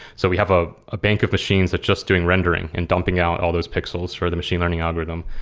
so we have a ah bank of machines that's just doing rendering and dumping out all those pixels for the machine learning algorithm.